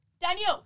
Daniel